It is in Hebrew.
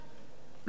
לא ציבורי.